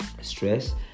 stress